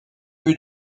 but